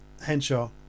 Henshaw